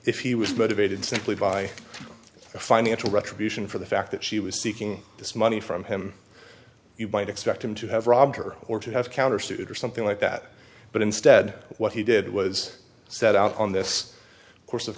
if he was motivated simply by financial retribution for the fact that she was seeking this money from him you might expect him to have robbed her or to have countersued or something like that but instead what he did was set out on this course of